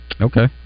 Okay